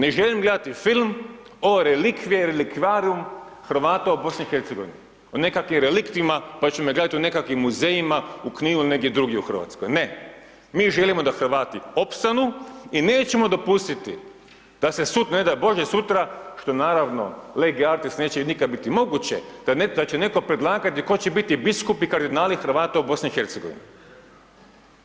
Ne želim gledati film o relikvije relikviarum Hrvata u BiH-u. o nekakvim reliktima pa ćemo ih gledati u nekakvim muzejima, u Kninu ili negdje drugdje u Hrvatskoj, ne, mi želimo da Hrvati opstanu i nećemo dopustiti da se ne daj bože sutra, što naravno lege artis, neće nikad biti moguće da će netko predlagati tko će biti biskup i kardinala Hrvata u BiH-u.